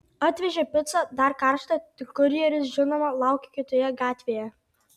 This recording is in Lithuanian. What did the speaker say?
atvežė picą dar karštą tik kurjeris žinoma laukė kitoje gatvėje